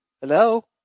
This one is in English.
hello